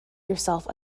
yourself